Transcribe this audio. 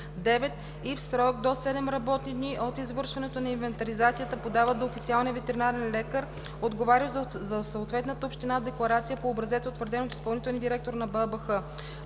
и в срок до 7 работни дни от извършването на инвентаризацията подават до официалния ветеринарен лекар, отговарящ за съответната община, декларация по образец, утвърден от изпълнителния директор на БАБХ;“